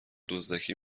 دزدکی